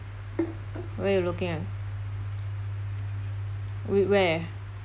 where you're looking at w~ where